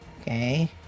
Okay